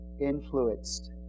influenced